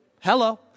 Hello